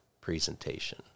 presentation